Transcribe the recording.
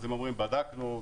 הם אומרים: בדקנו,